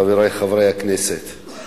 חברי חברי הכנסת,